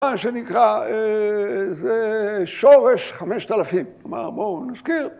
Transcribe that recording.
‫מה שנקרא, זה שורש חמשת אלפים. ‫כלומר, בואו נזכיר.